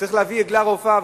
צריך להביא עגלה ערופה,